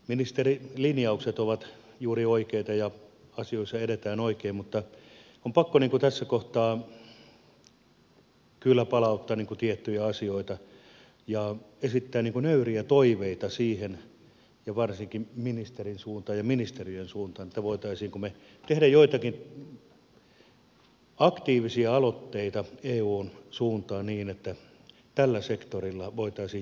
ministerin linjaukset ovat juuri oikeita ja asioissa edetään oikein mutta on pakko tässä kohtaa kyllä palauttaa tiettyjä asioita ja esittää nöyriä toiveita siitä varsinkin ministerin suuntaan ja ministeriön suuntaan että voisimmeko me tehdä joitakin aktiivisia aloitteita eun suuntaan niin että tällä sektorilla voitaisiin järkeistää asioita